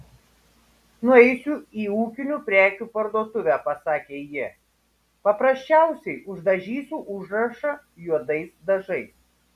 nueisiu į ūkinių prekių parduotuvę pasakė ji paprasčiausiai uždažysiu užrašą juodais dažais